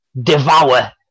devour